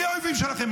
מי האויבים שלכם?